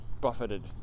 buffeted